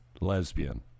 lesbian